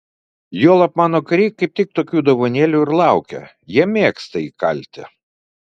juolab mano kariai kaip tik tokių dovanėlių ir laukia jie mėgsta įkalti